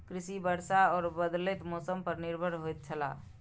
कृषि वर्षा और बदलेत मौसम पर निर्भर होयत छला